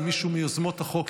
אם מישהו מיוזמות החוק,